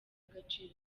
agaciro